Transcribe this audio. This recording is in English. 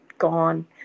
Gone